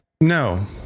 no